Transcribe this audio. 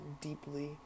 deeply